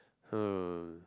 uh